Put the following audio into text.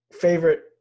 favorite